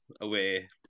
away